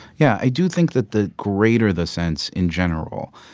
yeah. i do think that the greater the sense, in general,